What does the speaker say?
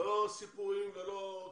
לא סיפורים ולא קשקושים.